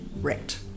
wrecked